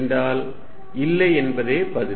என்றால் இல்லை என்பதே பதில்